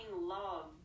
love